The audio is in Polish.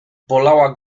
bolała